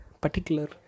particular